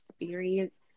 experience